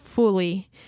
Fully